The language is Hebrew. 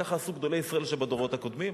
ככה עשו גדולי ישראל שבדורות הקודמים,